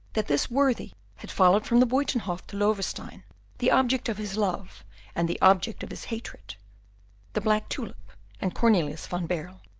that this worthy had followed from the buytenhof to loewestein the object of his love and the object of his hatred the black tulip and cornelius van baerle.